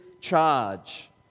Charge